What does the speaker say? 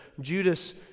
Judas